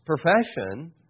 profession